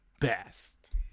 best